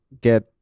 get